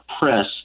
press